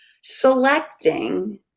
selecting